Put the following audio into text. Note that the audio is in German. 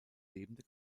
lebende